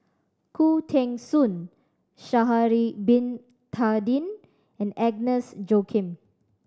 Khoo Teng Soon Sha'ari Bin Tadin and Agnes Joaquim